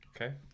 Okay